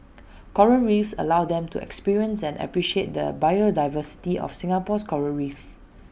Coral reefs allows them to experience and appreciate the biodiversity of Singapore's Coral reefs